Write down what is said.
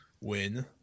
win